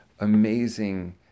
amazing